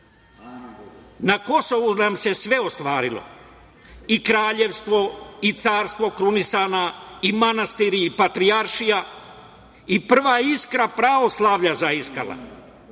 Na Kosovu nam se sve ostvarilo, i kraljevstvo, i carstva krunisana i manastiri, i Patrijaršija, i prva iskra pravoslavlja zaiskala